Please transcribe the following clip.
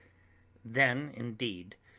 then indeed,